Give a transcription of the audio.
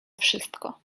wszystko